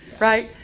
right